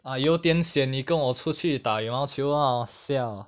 ah 有点 sian 你跟我出去打羽毛球 lah siao